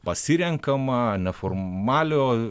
pasirenkama neformaliojo